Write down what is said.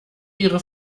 ihre